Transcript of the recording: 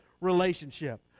relationship